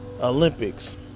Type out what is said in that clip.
Olympics